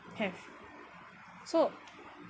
have so